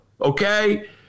Okay